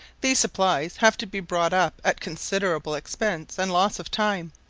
these supplies have to be brought up at considerable expense and loss of time,